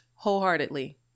wholeheartedly